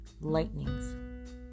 lightnings